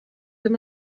wenn